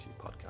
Podcast